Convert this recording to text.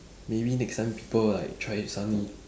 maybe next time people like try suddenly